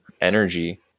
energy